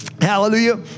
hallelujah